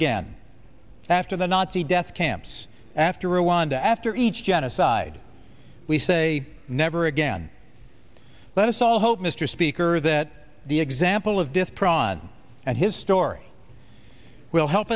again after the nazi death camps after rwanda after each genocide we say never again let us all hope mr speaker that the example of this prawn and his story will help